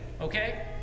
Okay